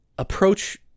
approach